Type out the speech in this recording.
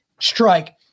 strike